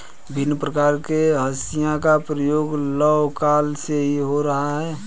भिन्न प्रकार के हंसिया का प्रयोग लौह काल से ही हो रहा है